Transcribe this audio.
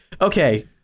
Okay